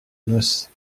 noce